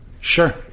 Sure